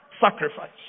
sacrifice